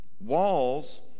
walls